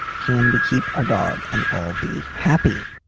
can we keep our dog and all be happy?